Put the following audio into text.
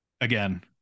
again